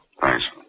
Thanks